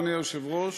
אדוני היושב-ראש,